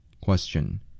Question